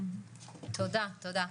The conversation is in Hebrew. תודה, תודה.